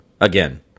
again